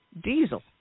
diesel